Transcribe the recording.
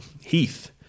Heath